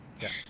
yes